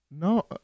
No